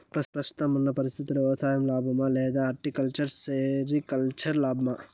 ప్రస్తుతం ఉన్న పరిస్థితుల్లో వ్యవసాయం లాభమా? లేదా హార్టికల్చర్, సెరికల్చర్ లాభమా?